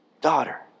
daughter